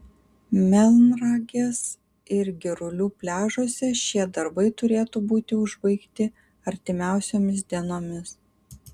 melnragės ir girulių pliažuose šie darbai turėtų būti užbaigti artimiausiomis dienomis